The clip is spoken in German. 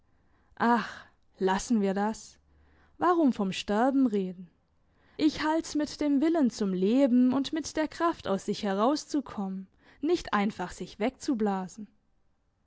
lassen wir das warum vom sterben reden ich halt's mit dem willen zum leben und mit der kraft aus sich herauszukommen nicht einfach sich wegzublasen